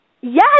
Yes